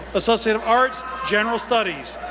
associate of arts, general studies.